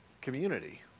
community